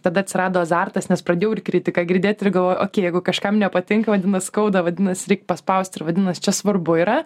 tada atsirado azartas nes pradėjau ir kritiką girdėt ir galvojau okėj jeigu kažkam nepatinka vadinas skauda vadinasi reik paspaust ir vadinas čia svarbu yra